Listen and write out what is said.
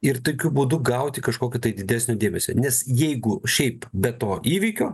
ir tokiu būdu gauti kažkokio didesnio dėmesio nes jeigu šiaip be to įvykio